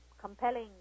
compelling